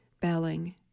belling